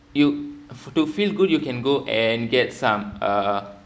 you fe~ to feel good you can go and get some uh